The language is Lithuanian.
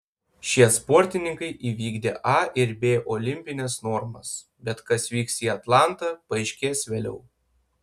šie sportininkai įvykdė a ir b olimpines normas bet kas vyks į atlantą paaiškės vėliau